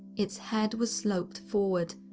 its head was sloped forward,